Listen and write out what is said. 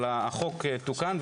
אבל החוק תוקן,